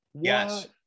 yes